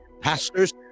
pastors